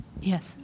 yes